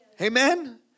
amen